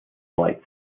lights